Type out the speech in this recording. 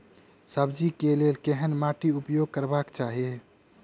सब्जी कऽ लेल केहन माटि उपयोग करबाक चाहि?